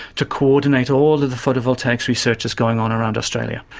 to coordinate all of the photovoltaic researches going on around australia.